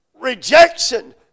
Rejection